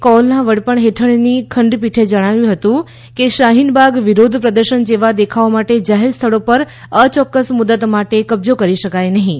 કૌલના વડપણ હેઠળની ખંડપીઠે કહ્યું કે શાહીનબાગ વિરોધ પ્રદર્શન જેવા દેખાવો માટે જાહેર સ્થળો પર અયોક્કસ મુદત માટે કબજો કરી શકાય નહિં